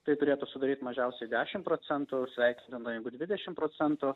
tai turėtų sudaryt mažiausiai dešim procentų sveikintina jeigu dvidešim procentų